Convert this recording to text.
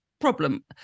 problem